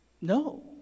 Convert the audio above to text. no